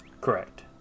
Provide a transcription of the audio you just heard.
correct